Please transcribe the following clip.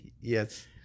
Yes